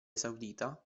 saudita